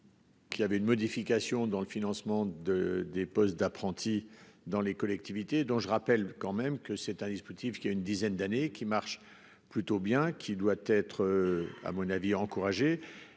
Qu'il avait une modification dans le financement de des postes d'apprentis dans les collectivités, dont je rappelle quand même que c'est un dispositif qui a une dizaine d'années qui marche plutôt bien, qui doit être à mon avis, encouragés